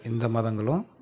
இந்த மதங்களும்